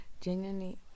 genuinely